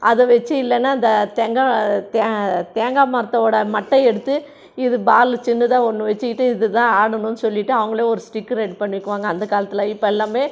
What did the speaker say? அதை வச்சு இல்லைனா இந்த தேங்காய் தேங்காய் மரத்தோடய மட்டையை எடுத்து இது பாலு சின்னதாக ஒன்று வச்சுக்கிட்டு இது தான் ஆடணும்னு சொல்லிட்டு அவர்களே ஒரு ஸ்டிக்கு ரெடி பண்ணிக்குவாங்க அந்த காலத்தில் இப்போ எல்லாமே